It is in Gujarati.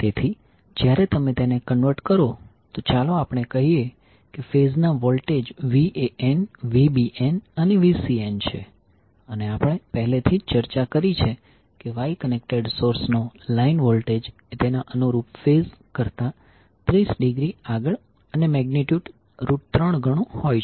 તેથી જ્યારે તમે તેને કન્વર્ટ કરો ચાલો આપણે કહીએ કે ફેઝના વોલ્ટેજ Van Vbn અને Vcn છે અને આપણે પહેલેથી જ ચર્ચા કરી છે કે વાય કનેક્ટેડ સોર્સનો લાઇન વોલ્ટેજ એ તેના અનુરૂપ ફેઝ કરતા 30 ડિગ્રી આગળ અને મેગ્નિટ્યુડ 3 ગણું હોય છે